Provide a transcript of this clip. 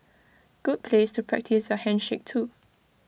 good place to practise your handshake too